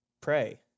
pray